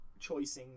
choicing